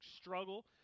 struggle